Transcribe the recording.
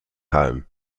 home